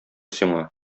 сиңа